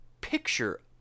picture